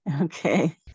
Okay